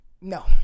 No